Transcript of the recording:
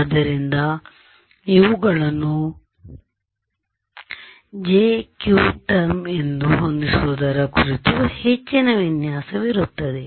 ಆದ್ದರಿಂದ ಇವುಗಳನ್ನು j q term ಎಂದು ಹೊಂದಿಸುವುದರ ಕುರಿತು ಹೆಚ್ಚಿನ ವಿನ್ಯಾಸವಿರುತ್ತದೆ